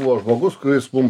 buvo žmogus kuris mum